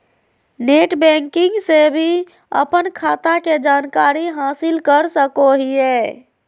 net banking से भी अपन खाता के जानकारी हासिल कर सकोहिये